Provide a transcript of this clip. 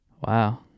wow